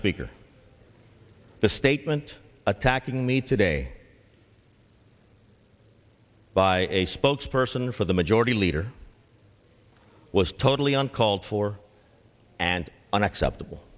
speaker the statement attacking me today by a spokesperson for the majority leader was totally uncalled for and unacceptable